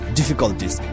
difficulties